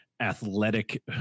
athletic